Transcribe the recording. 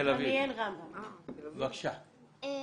עדן: